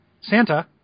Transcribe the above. Santa